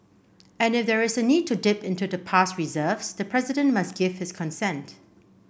and if there is a need to dip into the past reserves the president must give his consent